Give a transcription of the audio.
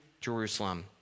Jerusalem